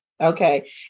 Okay